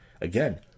again